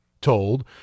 told